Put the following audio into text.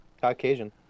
caucasian